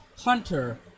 Hunter